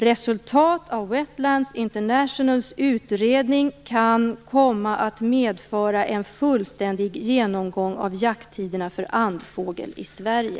Resultat av Wetlands Internationals utredning kan komma att medföra en fullständig genomgång av jakttiderna för andfågel i Sverige."